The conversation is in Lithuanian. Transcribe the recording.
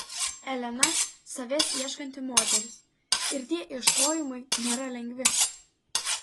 elena savęs ieškanti moteris ir tie ieškojimai nėra lengvi